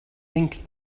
think